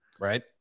Right